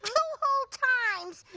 hold times.